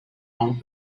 old